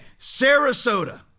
Sarasota